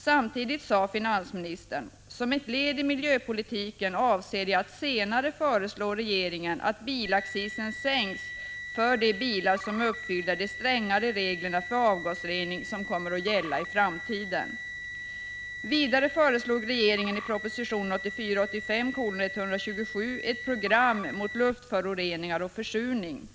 Samtidigt sade finansministern: ”Som ett led i miljöpolitiken avser jag att senare föreslå regeringen att bilaccisen sänks för de bilar som uppfyller de strängare regler för avgasrening som kommer att gälla i framtiden.” Vidare föreslog regeringen i proposition 1984/85:127 ett program mot luftföroreningar och försurning.